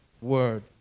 word